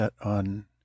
on